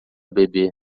beber